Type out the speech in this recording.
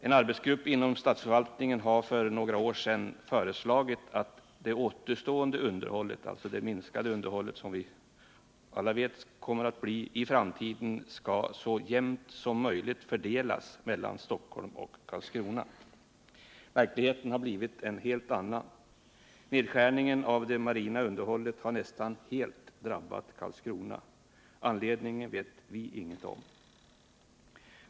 En arbetsgrupp inom statsförvaltningen har för några år sedan föreslagit att det minskade underhåll som vi alla vet kommer att behövas i framtiden så jämnt som möjligt skall fördelas mellan Stockholm och Karlskrona. Verkligheten har blivit en helt annan. Nedskärningen av det marina underhållet har nästan enbart drabbat Karlskrona. Anledningen vet vi inget om.